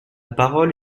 parole